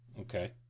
Okay